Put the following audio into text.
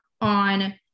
on